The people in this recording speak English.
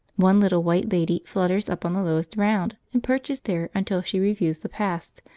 one little white lady flutters up on the lowest round and perches there until she reviews the past,